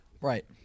Right